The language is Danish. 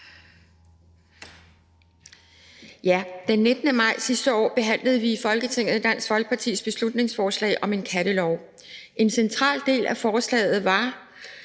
Den 19. maj sidste år behandlede vi i Folketinget Dansk Folkepartis beslutningsforslag om en kattelov. En central del af forslaget var